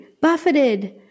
buffeted